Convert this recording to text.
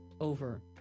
over